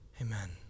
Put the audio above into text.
Amen